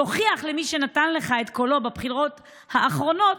תוכיח למי שנתן לך את קולו בבחירות האחרונות